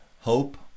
hope